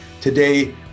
today